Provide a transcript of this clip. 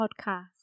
podcast